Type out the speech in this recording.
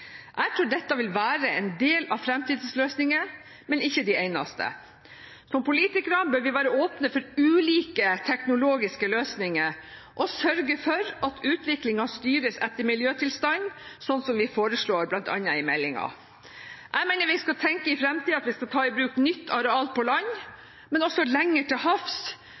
Jeg tror dette vil være en del av fremtidsløsningene, men ikke de eneste. Som politikere bør vi være åpne for ulike teknologiske løsninger og sørge for at utviklingen styres etter miljøtilstand, sånn som vi foreslår bl.a. i meldingen. Jeg mener vi skal tenke at vi i fremtiden skal ta i bruk nytt areal på land, men også lenger til havs